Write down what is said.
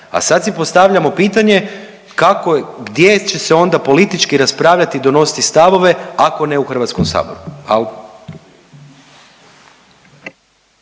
A sad si postavljamo pitanje kako, gdje će se onda politički raspravljati i donositi stavove ako ne u Hrvatskom saboru?